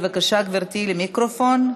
בבקשה, גברתי, למיקרופון.